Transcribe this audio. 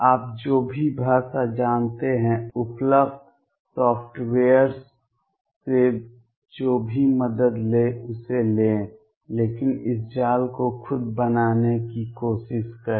आप जो भी भाषा जानते हैं उपलब्ध सॉफ्टवेयर्स से जो भी मदद लें उसे लें लेकिन इस जाल को खुद बनाने की कोशिश करें